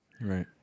Right